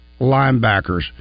linebackers